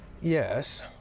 Yes